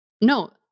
no